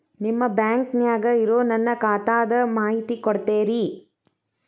ನಿಮ್ಮ ಬ್ಯಾಂಕನ್ಯಾಗ ಇರೊ ನನ್ನ ಖಾತಾದ ಮಾಹಿತಿ ಕೊಡ್ತೇರಿ?